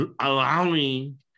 Allowing